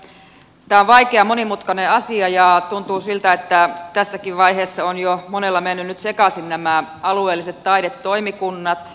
tämä on vaikea monimutkainen asia ja tuntuu siltä että tässäkin vaiheessa ovat jo monella menneet nyt sekaisin nämä alueelliset taidetoimikunnat ja alueelliset toimipisteet